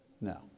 No